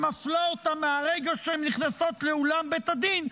שמפלה אותן מהרגע שהן נכנסות לאולם בית הדין,